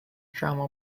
drama